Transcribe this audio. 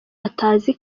atazi